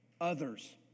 others